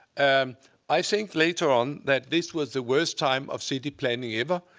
um i think later on that this was the worst time of city planning ever,